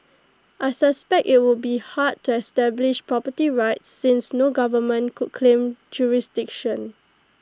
I suspect IT would be hard to establish property rights since no government could claim jurisdiction